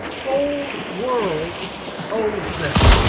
whole world owes them.